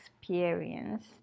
experience